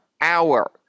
hour